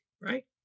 right